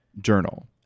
journal